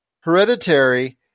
Hereditary